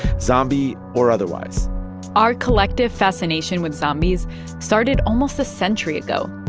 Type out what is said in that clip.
zombie or otherwise our collective fascination with zombies started almost a century ago,